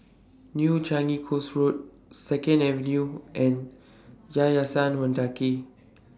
New Changi Coast Road Second Avenue and Yayasan Mendaki